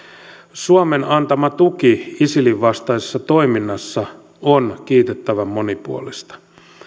suomen antama tuki isilin vastaisessa toiminnassa on kiitettävän monipuolista